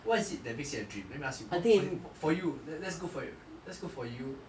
what is it that makes it a dream let me ask you for you let's go for you let's go for you